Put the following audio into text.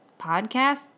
podcast